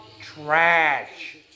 trash